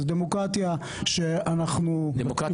זו דמוקרטיה שאנחנו --- דמוקרטיה